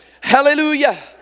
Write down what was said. hallelujah